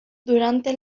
durante